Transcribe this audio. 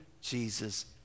Jesus